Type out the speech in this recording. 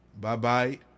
Bye-bye